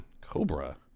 Cobra